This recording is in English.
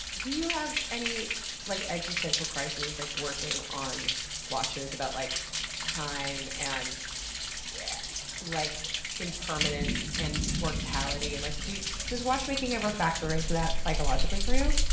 do you have any like existential crises like working on watches about like time, and yeah like impermanence, and mortality. and like does watchmaking ever factor into that psychologically for you?